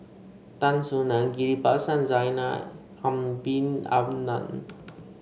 Tan Soo Nan Ghillie Basan Zainal Abidin Ahmad